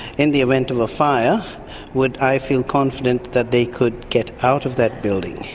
in the event of a fire would i feel confident that they could get out of that building?